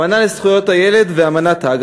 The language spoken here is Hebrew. ישנה האמנה בדבר זכויות הילד וישנה אמנת האג.